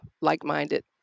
like-minded